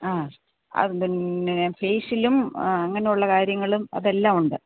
ആ അത് പിന്നെ ഫേഷ്യലും അങ്ങനെ ഉള്ള കാര്യങ്ങളും അത് എല്ലാം ഉണ്ട്